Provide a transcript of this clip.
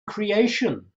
creation